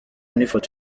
n’ifoto